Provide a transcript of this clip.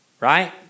right